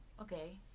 Okay